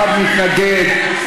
אחד מתנגד,